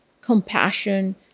compassion